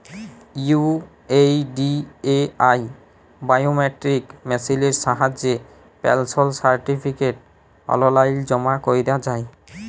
UIDAI biometric মেসিলের সাহায্যে pension certificate অললাইল জমা ক্যরা যায়